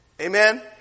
Amen